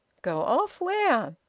go off? where?